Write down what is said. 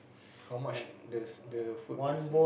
how much the s~ the food will sell